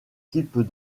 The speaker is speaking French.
types